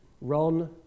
Ron